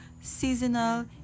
seasonal